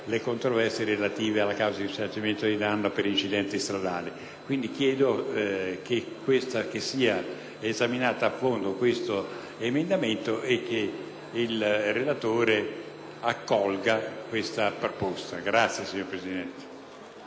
ritiro, signor Presidente.